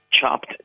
chopped